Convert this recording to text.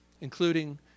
including